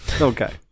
okay